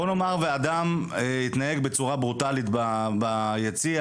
בוא נאמר שאדם התנהג בצורה ברוטלית ביציע,